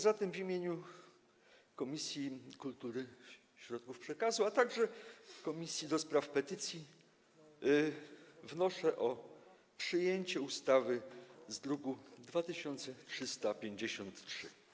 Zatem w imieniu Komisji Kultury i Środków Przekazu, a także Komisji do Spraw Petycji wnoszę o przyjęcie ustawy z druku nr 2353.